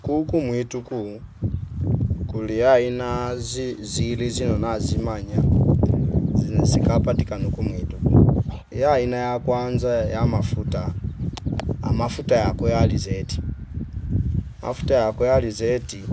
Kuku muitu kuu kulii aina zii- ziilizi zinona zimanya zi- zikapatika kanuku mwitu yaina ya kwanza ya mafuta amafuta yakwe alizeti mafuta yakwe alizeti